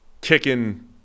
Kicking